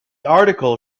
article